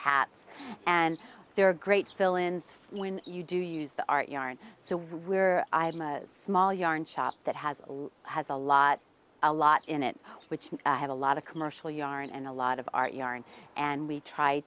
hats and they're a great fill in when you do use the art yarn so we're i'm a small yarn shop that has has a lot a lot in it which i have a lot of commercial yarn and a lot of our yarn and we try